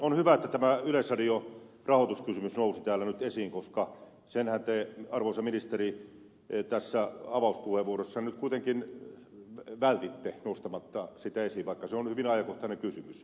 on hyvä että tämä yleisradion rahoituskysymys nousi täällä nyt esiin koska senhän te arvoisa ministeri tässä avauspuheenvuorossanne nyt kuitenkin vältitte nostamasta esiin vaikka se on hyvin ajankohtainen kysymys